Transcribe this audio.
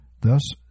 Thus